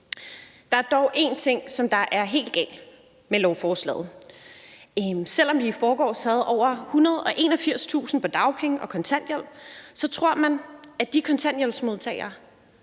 Der er dog en ting, der er helt galt med lovforslaget: Selv om vi i forgårs havde over 181.000 mennesker på dagpenge og kontanthjælp, tror man, at de kontanthjælpsmodtagere,